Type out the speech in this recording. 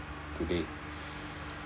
today